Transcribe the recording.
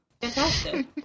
Fantastic